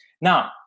Now